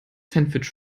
sandwich